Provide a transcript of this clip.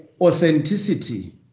authenticity